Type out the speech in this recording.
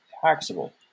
taxable